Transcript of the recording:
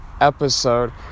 episode